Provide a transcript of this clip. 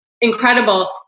incredible